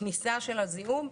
כניסה של הזיהום,